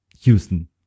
Houston